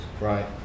right